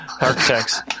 Architects